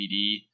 DVD